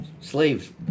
slaves